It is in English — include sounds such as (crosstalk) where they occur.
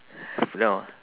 (breath) put down ah